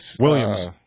Williams